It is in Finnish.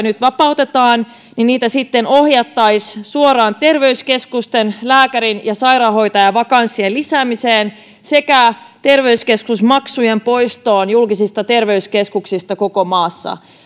nyt vapautetaan niitä sitten ohjattaisiin suoraan terveyskeskusten lääkäri ja sairaanhoitajavakanssien lisäämiseen sekä terveyskeskusmaksujen poistoon julkisista terveyskeskuksista koko maassa